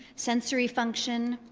sensory function,